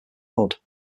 hood